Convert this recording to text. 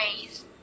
raise